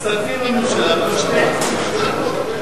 מצטרפים לממשלה, ומשפיעים.